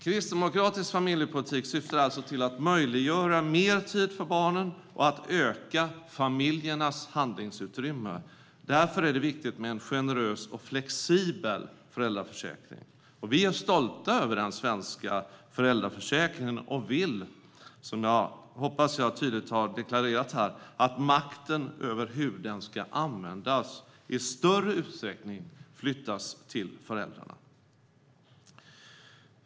Kristdemokratisk familjepolitik syftar alltså till att möjliggöra mer tid för barnen och att öka familjernas handlingsutrymme. Därför är det viktigt med en generös och flexibel föräldraförsäkring. Vi är stolta över den svenska föräldraförsäkringen och vill - som jag hoppas att jag tydligt har deklarerat här - att makten över hur den ska kunna användas i större utsträckning flyttas till föräldrarna.